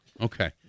Okay